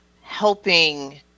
helping